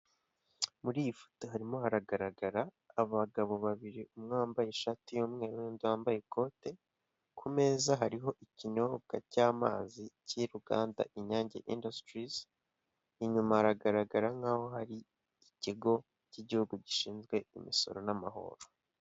Muri iyi foto harimo haragaragara abagabo babiri umwe wambaye ishati y'umweru n'undi wambaye ikote, ku meza hariho ikinyobwa cy'amazi cy'uruganda Inyange indasitirizi, inyuma haragaragara nk'aho hari ikigo k'igihugu gishinzwe imisoro n'amahoro.